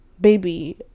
baby